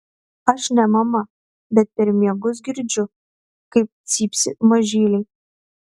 aš ne mama bet per miegus girdžiu kaip cypsi mažyliai